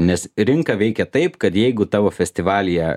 nes rinka veikia taip kad jeigu tavo festivalyje